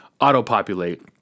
auto-populate